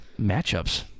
Matchups